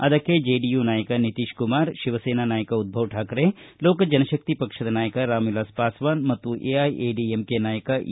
ಅದಕ್ಕೆ ಜೆಡಿಯು ನಾಯಕ ನಿತೀಶ್ ಕುಮಾರ್ ಶಿವಸೇನಾ ನಾಯಕ ಉದ್ಧವ್ ಠಾಕ್ರೆ ಲೋಕ ಜನಶಕ್ತಿ ಪಕ್ಷದ ನಾಯಕ ರಾಮ್ವಿಲಾಸ್ ಪಾಸ್ಟಾನ್ ಮತ್ತು ಎಐಎಡಿಎಂಕೆ ನಾಯಕ ಇ